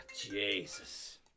Jesus